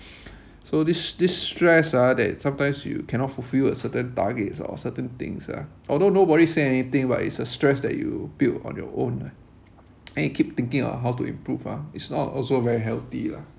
so this this stress ah that sometimes you cannot fulfill a certain targets or certain things ah although nobody is saying anything but it's a stress that you build on your own ah and you keep thinking about how to improve ah it's not also very healthy lah